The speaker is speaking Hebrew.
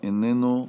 איננו.